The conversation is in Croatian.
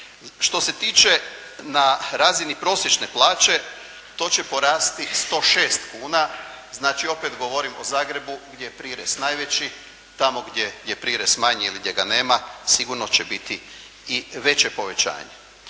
Što se tiče na razini prosječne plaće to će porasti 106 kuna. Znači, opet govorim o Zagrebu gdje je prirez najveći. Tamo gdje je prirez manji ili gdje ga nema sigurno će biti i veće povećanje.